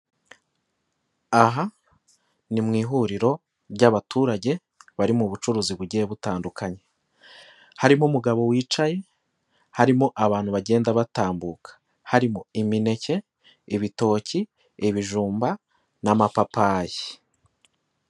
Aha ni mu ihuriro ry'abaturage bari mu bucuruzi bugiye butandukanye; harimo umugabo wicaye, harimo abantu bagenda batambuka; harimo imineke, ibitoki, ibijumba n'amapapayi.